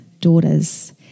daughters